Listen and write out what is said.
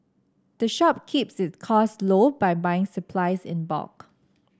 the shop keeps its costs low by buying its supplies in bulk